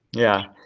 yeah,